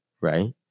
Right